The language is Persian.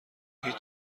هیچ